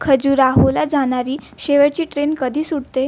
खजुराहोला जाणारी शेवटची ट्रेन कधी सुटते